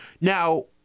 Now